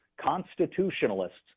constitutionalists